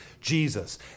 Jesus